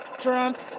Trump